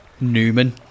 newman